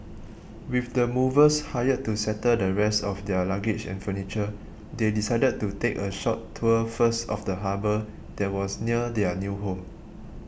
with the movers hired to settle the rest of their luggage and furniture they decided to take a short tour first of the harbour that was near their new home